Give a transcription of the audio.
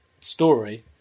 story